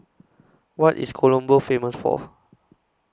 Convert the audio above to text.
What IS Colombo Famous For